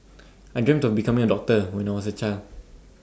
I dreamt of becoming A doctor when I was A child